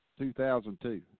2002